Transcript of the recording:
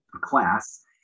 class